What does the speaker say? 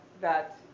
that-